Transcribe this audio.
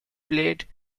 played